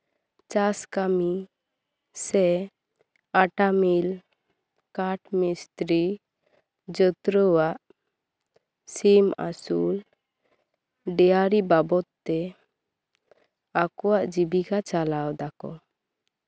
ᱪᱟᱥ ᱠᱟᱹᱢᱤ ᱥᱮ ᱯᱟᱴᱟ ᱢᱤᱞ ᱠᱟᱴᱷ ᱢᱤᱥᱛᱤᱨᱤ ᱡᱳᱛᱨᱟᱹ ᱟᱜ ᱥᱤᱢ ᱟᱥᱩᱞ ᱰᱮᱭᱟᱨᱤ ᱵᱟᱵᱚᱫᱛᱮ ᱟᱠᱚᱣᱟᱜ ᱡᱤᱵᱤᱠᱟ ᱪᱟᱞᱟᱣ ᱫᱟᱠᱚ